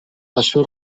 això